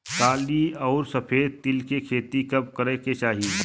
काली अउर सफेद तिल के खेती कब करे के चाही?